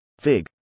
fig